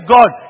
God